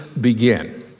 Begin